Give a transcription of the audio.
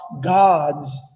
gods